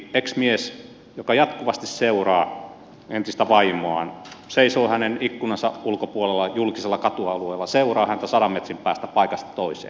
ex mies joka jatkuvasti seuraa entistä vaimoaan seisoo hänen ikkunansa ulkopuolella julkisella katualueella seuraa häntä sadan metrin päästä paikasta toiseen